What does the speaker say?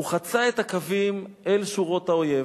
הוא חצה את הקווים אל שורות האויב,